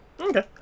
Okay